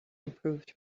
improved